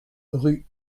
rue